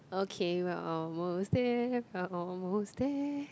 okay we are almost there we are almost there